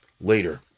later